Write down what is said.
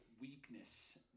weakness